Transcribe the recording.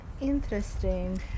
interesting